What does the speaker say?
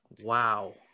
wow